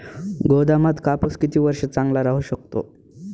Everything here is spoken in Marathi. गोदामात कापूस किती वर्ष चांगला राहू शकतो?